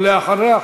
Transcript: ואחריה,